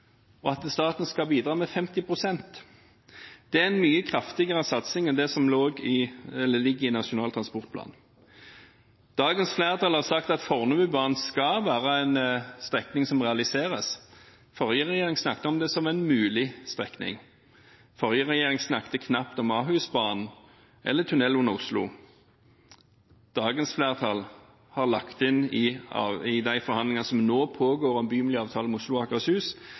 og at staten skal bidra med 50 pst. Det er en mye kraftigere satsing enn det som ligger i Nasjonal transportplan. Dagens flertall har sagt at Fornebubanen skal være en strekning som realiseres. Den forrige regjering snakket om det som en mulig strekning. Den forrige regjering snakket knapt om Ahusbanen eller tunnel under Oslo. Dagens flertall har lagt inn i de forhandlingene som nå pågår om bymiljøavtaler med Oslo og Akershus,